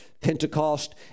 Pentecost